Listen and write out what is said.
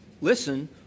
listen